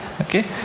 Okay